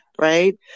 right